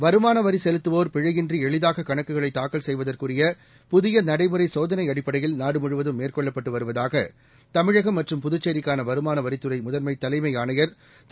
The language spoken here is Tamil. வருமான வரி செலுத்துவோர் பிழையின்றி எளிதாக கணக்குகளை தாக்கல் செய்வதற்குரிய புதிய நடைமுறை சோதனை அடிப்படையில் நாடுமுழுவதும் மேற்கொள்ளப்பட்டு வருவதாக தமிழகம் மற்றும் புதுச்சேரிக்கான வருமான வரித்துறை முதன்மை தலைமை ஆணையர் திரு